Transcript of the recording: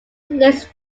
list